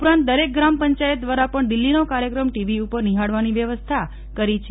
ઉપરાંત દરેક ગ્રામ પંચાયત દ્વારા પણ દિલ્હીનો કાર્યક્રમ ટીવી ઉપર નિહાળવાની વ્યવસ્થા કરી છે